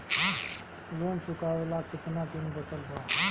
Loan चुकावे ला कितना दिन बचल बा?